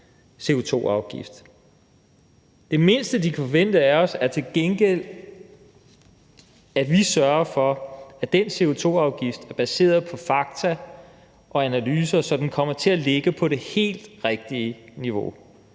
Det mindste, de kan forvente af os, er til gengæld, at vi sørger for, at den CO2-afgift er baseret på fakta og analyser, så den kommer til at ligge på det helt rigtige niveau,